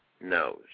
knows